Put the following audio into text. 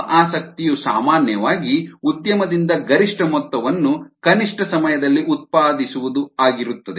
ನಮ್ಮ ಆಸಕ್ತಿಯು ಸಾಮಾನ್ಯವಾಗಿ ಉದ್ಯಮದಿಂದ ಗರಿಷ್ಠ ಮೊತ್ತವನ್ನು ಕನಿಷ್ಠ ಸಮಯದಲ್ಲಿ ಉತ್ಪಾದಿಸುವುದು ಆಗಿರುತ್ತದೆ